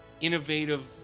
innovative